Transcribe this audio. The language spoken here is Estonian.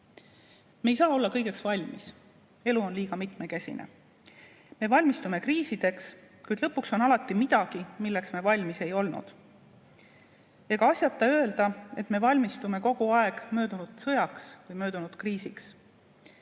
ei saa olla kõigeks valmis. Elu on liiga mitmekesine. Me valmistume kriisideks, kuid lõpuks on alati midagi, milleks me valmis ei olnud. Ega asjata öelda, et me valmistume kogu aeg möödunud sõjaks või möödunud kriisiks.